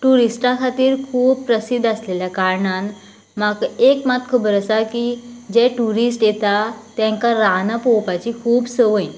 ट्युरीश्टां खातीर खूब प्रसिध्द आसलेल्या कारणान म्हाका एक मात खबर आसा की जे ट्युरीस्ट येतात तेंकां रानां पळोवपाची खूब संवय